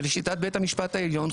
ולשיטת בית המשפט העליון,